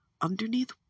underneath